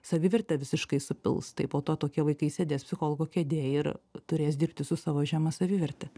savivertę visiškai supils tai po to tokie vaikai sėdės psichologo kėdėj ir turės dirbti su savo žema saviverte